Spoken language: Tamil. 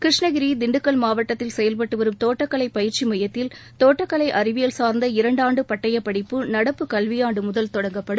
கிருஷ்ணகிரி திண்டுக்கல் மாவட்டத்தில் செயல்பட்டு வரும் தோட்டக்கலை பயிற்சி மையத்தில் தோட்டக்கலை அறிவியல் சா்ந்த இரண்டு ஆண்டு பட்டயப்படிப்பு நடப்பு கல்வி ஆண்டு முதல் தொடங்கப்படும்